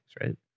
right